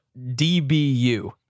DBU